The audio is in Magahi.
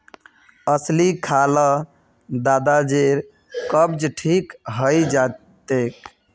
अलसी खा ल दादाजीर कब्ज ठीक हइ जा तेक